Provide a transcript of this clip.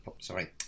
Sorry